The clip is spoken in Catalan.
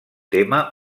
tema